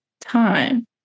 time